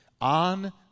on